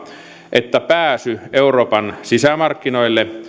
että pääsy euroopan sisämarkkinoille